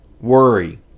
worry